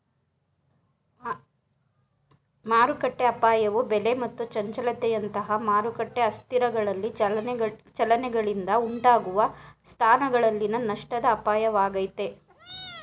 ಮಾರುಕಟ್ಟೆಅಪಾಯವು ಬೆಲೆ ಮತ್ತು ಚಂಚಲತೆಯಂತಹ ಮಾರುಕಟ್ಟೆ ಅಸ್ಥಿರಗಳಲ್ಲಿ ಚಲನೆಗಳಿಂದ ಉಂಟಾಗುವ ಸ್ಥಾನಗಳಲ್ಲಿನ ನಷ್ಟದ ಅಪಾಯವಾಗೈತೆ